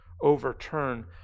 overturn